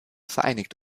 vereinigt